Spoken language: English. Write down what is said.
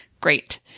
Great